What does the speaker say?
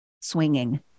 swinging